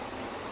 mm